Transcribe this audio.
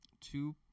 two